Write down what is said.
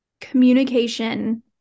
communication